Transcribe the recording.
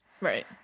Right